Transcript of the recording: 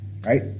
right